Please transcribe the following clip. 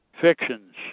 fictions